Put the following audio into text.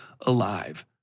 alive